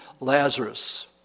Lazarus